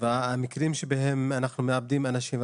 והמקרים שבהם אנחנו מאבדים אנשים,